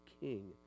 king